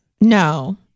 No